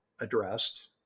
addressed